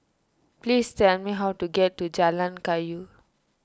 please tell me how to get to Jalan Kayu